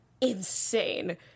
insane